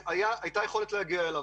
שהייתה יכולת להגיע אליו.